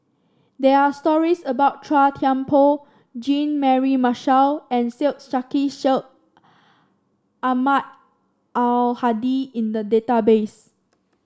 there are stories about Chua Thian Poh Jean Mary Marshall and Syed Sheikh Syed Ahmad Al Hadi in the database